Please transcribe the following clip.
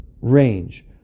range